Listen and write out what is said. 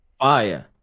Fire